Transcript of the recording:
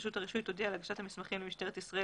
רשות הרישוי תודיע על הגשת המסמכים למשטרת ישראל,